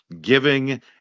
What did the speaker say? giving